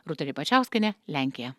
rūta ribačiauskienė lenkija